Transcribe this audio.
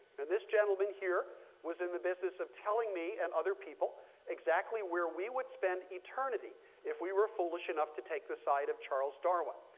and this gentleman here was in the business of telling me and other people exactly where we would spend eternity if we were foolish enough to take the side of charles darwin.